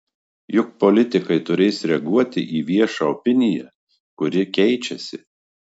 juk politikai turės reaguoti į viešą opiniją kuri keičiasi